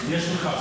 יש לך הסכמה.